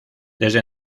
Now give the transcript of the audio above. desde